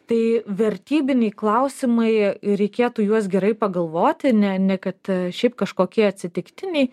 tai vertybiniai klausimai ir reikėtų juos gerai pagalvoti ne ne kad šiaip kažkokie atsitiktiniai